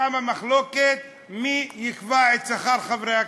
קמה מחלוקת מי יקבע את שכר חברי הכנסת.